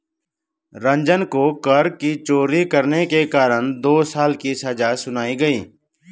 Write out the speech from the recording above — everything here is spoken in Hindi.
रंजन को कर की चोरी करने के कारण दो साल की सजा सुनाई गई